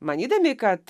manydami kad